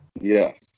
Yes